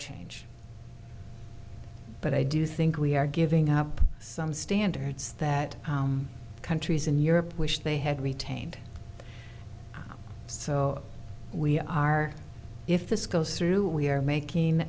change but i do think we are giving up some standards that countries in europe wish they had retained so we are if this goes through we are making